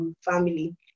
family